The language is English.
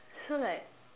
so like